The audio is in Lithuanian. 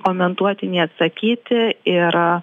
komentuoti nei atsakyti ir